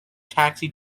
taxi